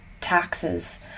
taxes